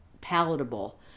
palatable